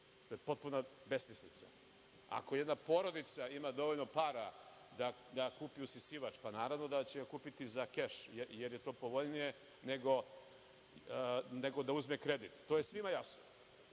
To je potpuna besmislica. Ako jedna porodica ima dovoljno para da kupi usisivač, naravno da će ga kupiti za keš jer je to povoljnije nego da uzme kredit. To je svima jasno.